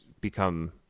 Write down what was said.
become